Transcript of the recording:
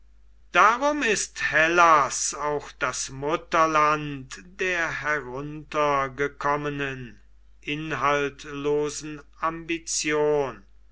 darum ist hellas auch das mutterland der heruntergekommenen inhaltlosen ambition